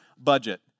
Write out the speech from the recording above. budget